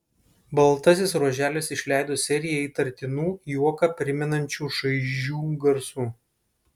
baltasis ruoželis išleido seriją įtartinų juoką primenančių šaižių garsų